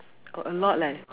got a lot leh